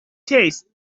chase